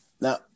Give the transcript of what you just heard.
now